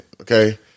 Okay